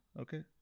Okay